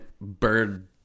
bird